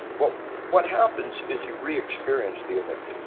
what what happens is you re-experience the event.